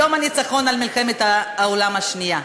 יום הניצחון על מלחמת העולם השנייה.